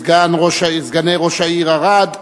סגני ראש העיר ערד,